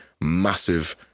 massive